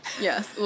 Yes